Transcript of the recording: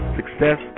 success